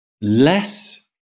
less